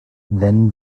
then